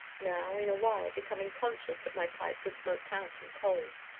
now, in a while, becoming conscious that my pipe was smoked out and cold,